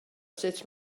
sut